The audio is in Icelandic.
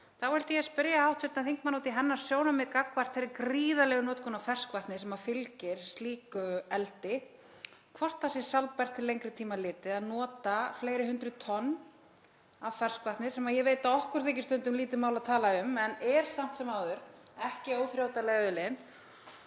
þá vildi ég spyrja hv. þingmann út í hennar sjónarmið gagnvart þeirri gríðarlegu notkun á ferskvatni sem fylgir slíku eldi, hvort það sé sjálfbært til lengri tíma litið að nota fleiri hundruð tonn af ferskvatni, sem ég veit að okkur þykir stundum lítið mál en það er samt sem áður ekki óþrjótandi auðlind,